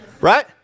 Right